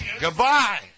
Goodbye